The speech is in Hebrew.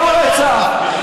כל רצח,